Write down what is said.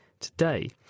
Today